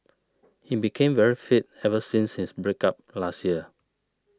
he became very fit ever since his break up last year